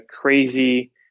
crazy